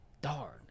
darn